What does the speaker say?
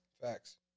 Facts